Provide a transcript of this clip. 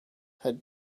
had